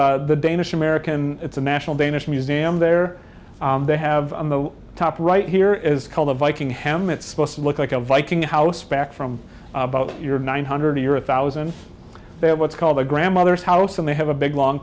the danish american it's a national danish museum there they have on the top right here is called the viking ham it's supposed to look like a viking house back from about your nine hundred year a thousand they have what's called the grandmother's house and they have a big long